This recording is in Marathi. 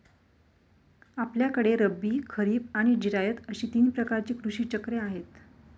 आपल्याकडे रब्बी, खरीब आणि जिरायत अशी तीन प्रकारची कृषी चक्रे आहेत